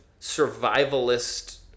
survivalist